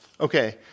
Okay